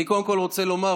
אני קודם כול רוצה לומר,